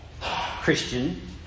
Christian